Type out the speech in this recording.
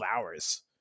hours